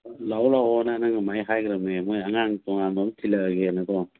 ꯂꯥꯛꯑꯣ ꯂꯥꯛꯑꯣꯅ ꯅꯪ ꯑꯗꯨꯃꯥꯏꯅ ꯍꯥꯏꯒ꯭ꯔꯃꯦ ꯃꯣꯏ ꯑꯉꯥꯡ ꯇꯣꯉꯥꯟꯕꯑꯝ ꯊꯤꯜꯂꯛꯑꯒꯦꯅꯀꯣ